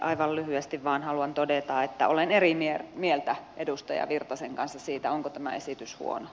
aivan lyhyesti vain haluan todeta että olen eri mieltä edustaja virtasen kanssa siitä onko tämä esitys huono